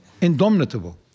indomitable